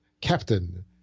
captain